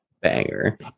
banger